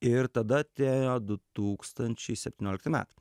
ir tada atėjo du tūkstančiai septyniolikti metai